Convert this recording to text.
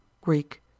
Greek